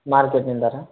ಮಾರ್ಕೆಟ್ನಿಂದಲಾ